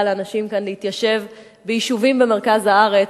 לאנשים כאן להתיישב ביישובים במרכז הארץ,